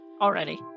Already